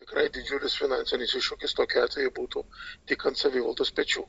tikrai didžiulis finansinis iššūkis tokiu atveju būtų tik ant savivaldos pečių